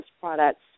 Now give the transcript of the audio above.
products